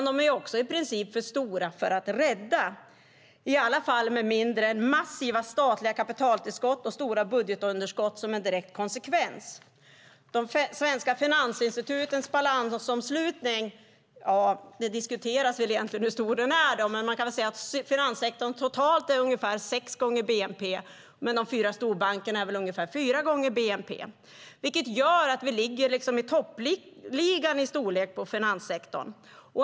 De är också i princip för stora att rädda, i alla fall med mindre än massiva statliga kapitaltillskott och stora budgetunderskott som en direkt konsekvens. Det diskuteras hur stor de svenska finansinstitutens balansomslutning egentligen är, men man kan säga att finanssektorn totalt är ungefär sex gånger bnp och de fyra storbankerna ungefär fyra gånger bnp, vilket gör att vi ligger i ligans topp vad gäller storlek på finanssektorn.